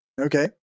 Okay